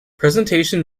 presentation